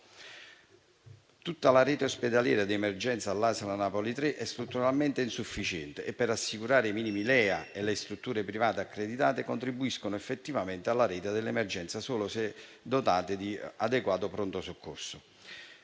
Tutta la rete ospedaliera di emergenza all'ASL Napoli 3 è strutturalmente insufficiente per assicurare i minimi LEA, e le strutture private accreditate contribuiscono effettivamente alla rete dell'emergenza solo se dotate di adeguato pronto soccorso.